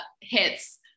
hits